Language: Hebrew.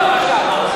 זה דבר ידוע מה שאמרת,